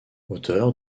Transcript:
auteur